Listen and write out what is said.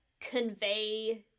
convey